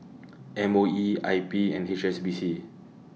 M O E I P and H S B C